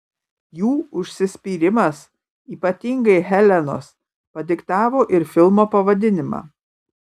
jų užsispyrimas ypatingai helenos padiktavo ir filmo pavadinimą